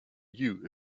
you